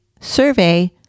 survey